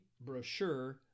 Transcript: brochure